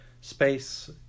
space